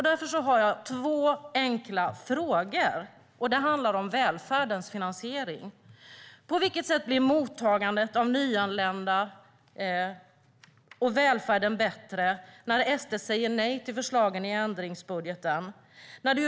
Därför har jag några enkla frågor, och de handlar om välfärdens finansiering. På vilket sätt blir mottagandet av nyanlända och välfärden bättre när SD säger nej till förslagen i ändringsbudgeten?